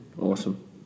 awesome